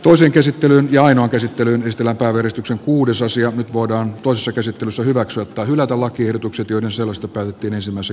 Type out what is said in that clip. toisen käsittelyn ja ainoa käsittelyyn pistellä päivystyksen nyt voidaan toisessa käsittelyssä hyväksyä tai hylätä lakiehdotukset joiden sisällöstä päätettiin ensimmäisessä käsittelyssä